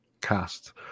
cast